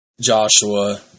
Joshua